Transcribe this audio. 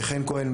חן כהן,